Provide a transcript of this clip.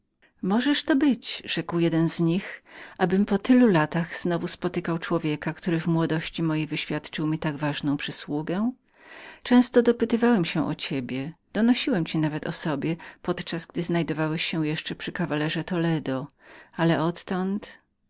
możeż to być rzekł jeden z nich abym po tylu latach znowu spotykał człowieka który w młodości mojej wyświadczył mi tak ważną przysługę często dopytywałem się o ciebie donosiłem ci nawet o sobie podczas gdy znajdowałeś się jeszcze przy kawalerze toledo ale odtąd